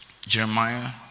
Jeremiah